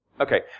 okay